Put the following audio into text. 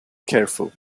careful